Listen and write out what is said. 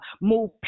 move